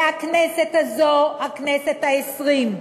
והכנסת הזו, הכנסת העשרים,